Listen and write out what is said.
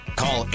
call